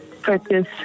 practice